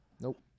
Nope